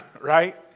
right